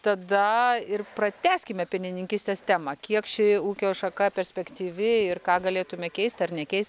tada ir pratęskime pienininkystės temą kiek ši ūkio šaka perspektyvi ir ką galėtume keisti ar nekeist